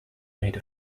made